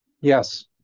Yes